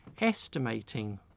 Estimating